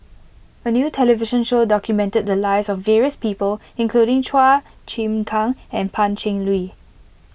a new television show documented the lives of various people including Chua Chim Kang and Pan Cheng Lui